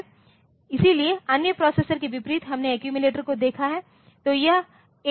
इसलिए अन्य प्रोसेसेज के विपरीत हमने अक्मुयुलेटर को देखा है